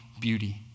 beauty